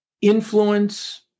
influence